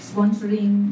Sponsoring